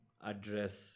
address